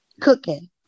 cooking